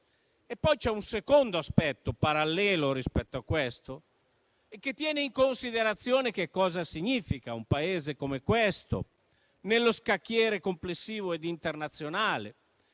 poi un secondo aspetto, parallelo rispetto a ciò, che tiene in considerazione che cosa rappresenta un Paese come questo sullo scacchiere complessivo ed internazionale